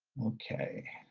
okay.